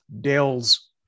Dale's